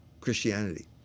Christianity